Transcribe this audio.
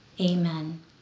amen